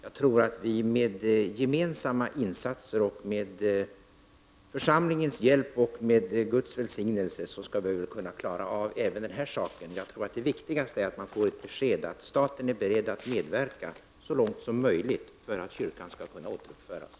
Jag tror att vi med gemensamma insatser, församlingens hjälp och Guds välsignelse kan klara av även den här saken. Det viktigaste är att få ett besked om att staten är beredd att medverka så långt som möjligt till kyrkans återuppförande.